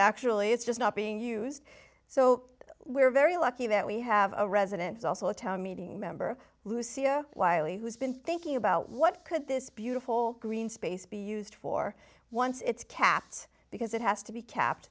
actually it's just not being used so we're very lucky that we have a residence also a town meeting member luisita wiley who's been thinking about what could this beautiful green space be used for once it's capped because it has to be kept